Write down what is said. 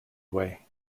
away